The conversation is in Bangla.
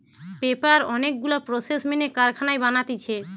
পেপার অনেক গুলা প্রসেস মেনে কারখানায় বানাতিছে